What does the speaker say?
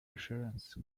assurance